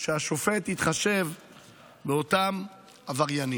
שהשופט יתחשב באותם עבריינים.